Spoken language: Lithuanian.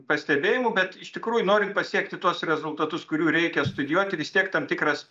pastebėjimų bet iš tikrųjų norint pasiekti tuos rezultatus kurių reikia studijuoti vis tiek tam tikras